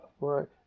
right